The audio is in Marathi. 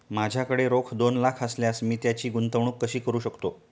माझ्याकडे रोख दोन लाख असल्यास मी त्याची गुंतवणूक कशी करू शकतो?